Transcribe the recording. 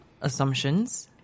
assumptions